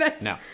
No